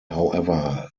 however